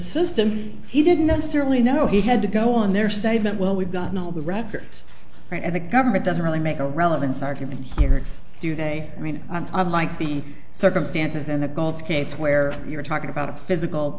system he didn't necessarily know he had to go on their statement well we've got no records right and the government doesn't really make a relevance argument here or do they i mean i'm like the circumstances in a cold case where you're talking about a physical